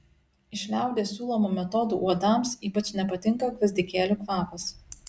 iš liaudies siūlomų metodų uodams ypač nepatinka gvazdikėlių kvapas